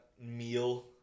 meal